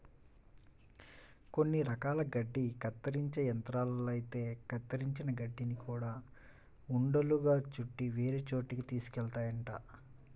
కొన్ని రకాల గడ్డి కత్తిరించే యంత్రాలైతే కత్తిరించిన గడ్డిని గూడా ఉండలుగా చుట్టి వేరే చోటకి తీసుకెళ్తాయంట